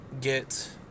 get